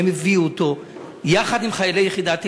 והם הביאו אותו יחד עם חיילי יחידת אגוז.